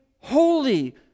holy